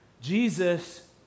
Jesus